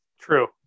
True